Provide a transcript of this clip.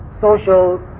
social